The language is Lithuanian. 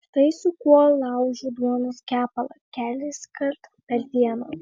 štai su kuo laužiu duonos kepalą keliskart per dieną